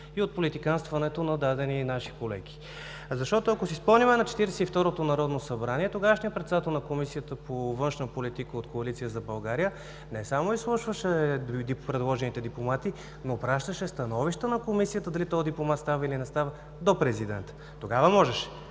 и политиканстването на дадени наши колеги. Защото, ако си спомним Четиридесет и второто народно събрание – тогавашният председател на Комисията по външна политика от Коалиция за България не само изслушваше предложените дипломати, но пращаше становища на Комисията дали този дипломат става или не става до президента. Тогава можеше,